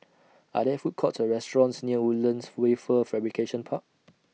Are There Food Courts Or restaurants near Woodlands Wafer Fabrication Park